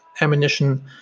ammunition